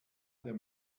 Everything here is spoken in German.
der